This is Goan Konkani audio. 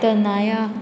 तनया